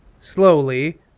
slowly